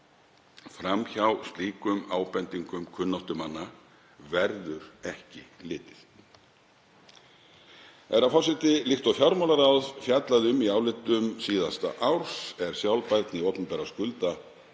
Fram hjá slíkum ábendingum kunnáttumanna verður ekki litið. Herra forseti. Líkt og fjármálaráð fjallaði um í álitum síðasta árs er sjálfbærni opinberra skulda